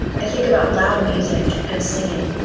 i think about loud music and singing